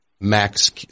max